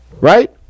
Right